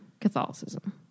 Catholicism